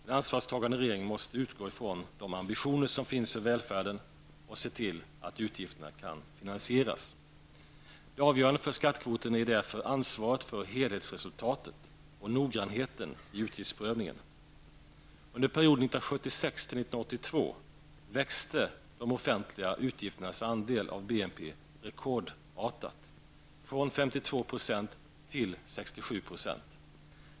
En ansvarstagande regering måste utgå från de ambitioner som finns för välfärden och se till att utgifterna kan finansieras. Det avgörande för skattekvoten är därför ansvaret för helhetsresultatet och noggrannheten i utgiftsprövningen. Under perioden 1976--1982 växte de offentliga utgifternas andel av BNP rekordartat, från 52 till 67 %.